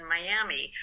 Miami